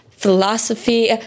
philosophy